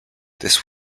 this